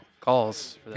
calls